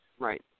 Right